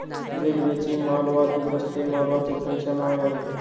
रेल्वेची माल वाहतूक रस्ते माल वाहतुकीपेक्षा महाग आहे